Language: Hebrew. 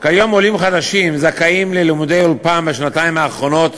עולים חדשים זכאים ללימודי אולפן בשנתיים הראשונות